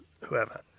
whoever